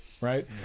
right